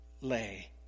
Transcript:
lay